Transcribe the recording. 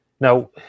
Now